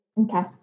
okay